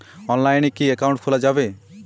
অনলাইনে কি অ্যাকাউন্ট খোলা যাবে?